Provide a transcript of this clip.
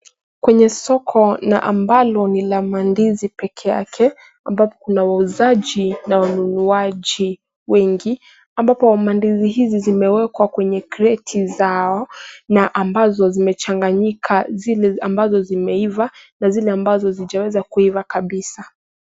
Kwenye soko na ambalo ni la mandizi pekee yake ambapo kuna wauzaji na wanununuaji wengi ambapo mandizi hizi zimewekwa kwenye kreti zao na ambazo zimechanganyika zile ambazo zimeiva na zile ambazo hazijaweza kuiva kabisa.